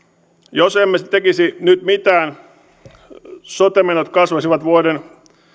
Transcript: jos emme tekisi nyt mitään sote menot kasvaisivat vuoden